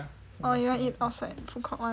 or you want eat outside foodcourt [one]